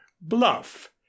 bluff